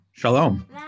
Shalom